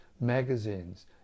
magazines